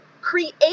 create